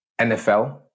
NFL